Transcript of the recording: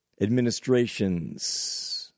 administration's